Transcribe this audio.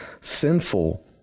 sinful